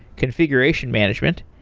configuration management,